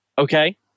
Okay